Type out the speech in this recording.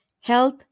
health